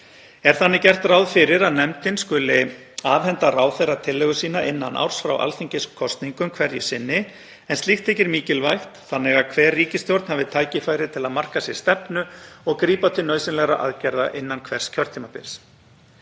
Er þannig gert ráð fyrir að nefndin skuli afhenda ráðherra tillögu sína innan árs frá alþingiskosningum hverju sinni, en slíkt þykir mikilvægt þannig að hver ríkisstjórn hafi tækifæri til að marka sér stefnu og grípa til nauðsynlegra aðgerða innan hvers kjörtímabils.